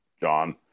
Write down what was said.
John